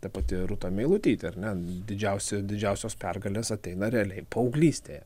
ta pati rūta meilutytė ar ne didžiausia didžiausios pergalės ateina realiai paauglystėje